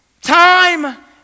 time